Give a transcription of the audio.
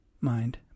mind